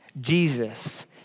Jesus